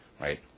Right